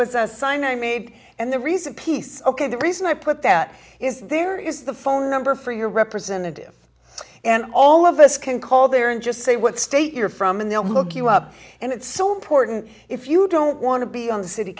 was a sign i made and the recent piece ok the reason i put that is there is the phone number for your representative and all of us can call there and just say what state you're from and they'll look you up and it's so important if you don't want to be on the city